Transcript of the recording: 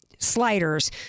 sliders